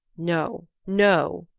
no, no,